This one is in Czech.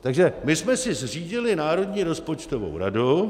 Takže my jsme si zřídili Národní rozpočtovou radu.